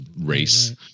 race